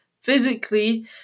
physically